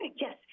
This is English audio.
yes